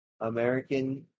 American